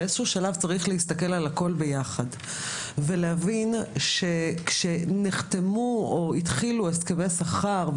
באיזשהו שלב צריך להסתכל על הכול ביחד ולהבין שכאשר התחילו הסכמי שכר,